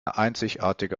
einzigartige